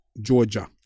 Georgia